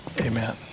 amen